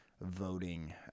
voting